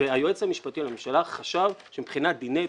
היועץ המשפטי לממשלה חשב שמבחינת דיני בחירות,